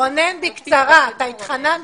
רונן, בקצרה, אתה התחננת.